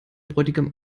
bräutigam